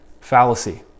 fallacy